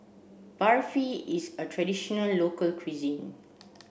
Barfi is a traditional local cuisine